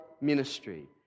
ministry